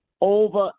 over